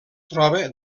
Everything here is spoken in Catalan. troba